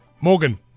Morgan